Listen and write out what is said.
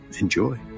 enjoy